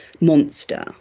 monster